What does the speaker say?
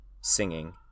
singing